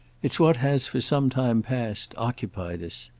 it's what has for some time past occupied us.